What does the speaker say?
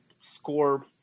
score